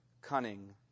cunning